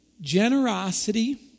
generosity